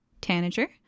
Tanager